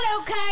okay